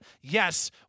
Yes